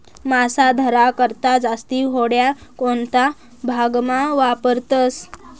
मासा धरा करता जास्ती होड्या कोणता भागमा वापरतस